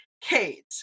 Kate